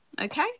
Okay